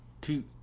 two